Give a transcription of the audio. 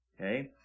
okay